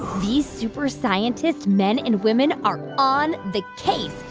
these super scientists, men and women, are on the case,